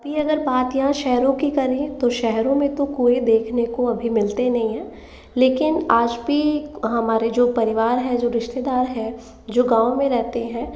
अभी अगर बात यहाँ शहरों की करें तो शहरों में तो कुएँ देखने को अभी मिलते नहीं है लेकिन आज भी हमारे जो परिवार है जो रिश्तेदार हैं जो गाँव में रहते है